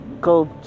go